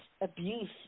abuse